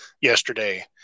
yesterday